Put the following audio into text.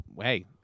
hey